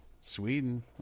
Sweden